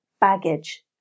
baggage